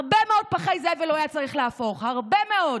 הרבה מאוד פחי זבל הוא היה צריך להפוך, הרבה מאוד,